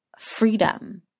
Freedom